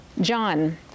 John